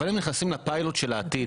אבל הם נכנסים לפיילוט של העתיד: